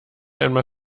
einmal